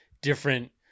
different